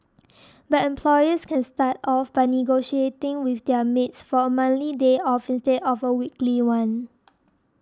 but employers can start off by negotiating with their maids for a monthly day off instead of a weekly one